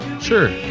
sure